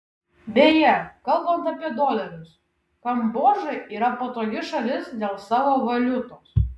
beje kalbant apie dolerius kambodža yra patogi šalis dėl savo valiutos